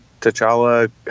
T'Challa